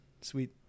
sweet